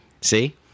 See